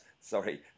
sorry